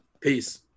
Peace